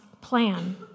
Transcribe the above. plan